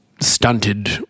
stunted